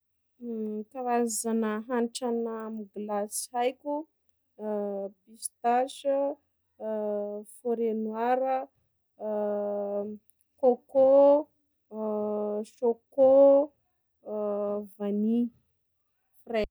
Karazana hanitrana mo- gilasy haiko: pistache, foret noir, côcô, choco, vanille, frai-.